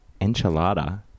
Enchilada